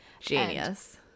Genius